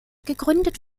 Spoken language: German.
gegründet